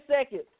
seconds